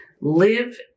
Live